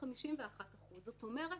51%. זאת אומרת,